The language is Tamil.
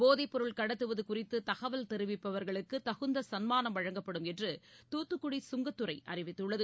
போதைப்பொருள் கடத்துவதுகறித்துகவல் தெரிவிப்பவர்களுக்குதகுந்தசன்மானம் வழங்கப்படும் என்றுதாத்துக்குடி சுங்கத்துறைஅறிவித்துள்ளது